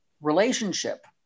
relationship